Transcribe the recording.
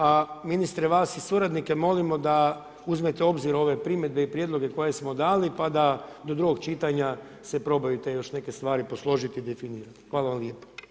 A ministre vas i suradnike molimo da uzmete u obzir ove primjedbe i prijedloge koje smo dali pa da do drugog čitanja se probaju te još neke stvari posložiti i definirati, hvala vam lijepa.